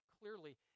clearly